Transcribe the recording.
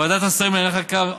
ועדת השרים לענייני חקיקה,